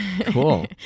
Cool